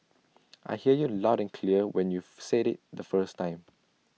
I hear you loud and clear when you've said IT the first time